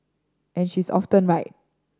and she is often right